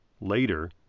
Later